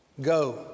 Go